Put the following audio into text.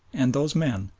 and those men,